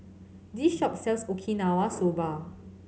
this shop sells Okinawa Soba